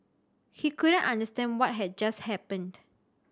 he couldn't understand what had just happened